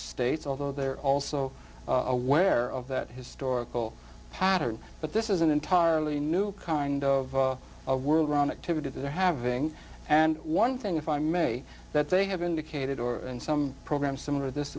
states although they're also aware of that historical pattern but this is an entirely new kind of world around activity they're having and one thing if i may that they have indicated or in some program some of this